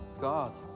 God